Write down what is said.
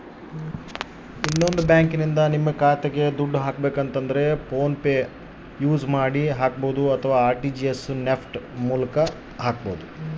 ಇನ್ನೊಂದು ಬ್ಯಾಂಕಿನಿಂದ ನನ್ನ ಖಾತೆಗೆ ದುಡ್ಡು ಹಾಕೋದು ಹೇಗೆ?